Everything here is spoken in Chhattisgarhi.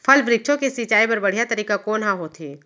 फल, वृक्षों के सिंचाई बर बढ़िया तरीका कोन ह होथे?